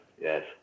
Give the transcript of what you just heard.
Yes